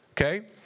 Okay